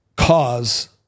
cause